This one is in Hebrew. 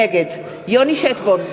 נגד יוני שטבון,